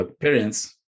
Parents